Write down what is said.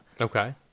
Okay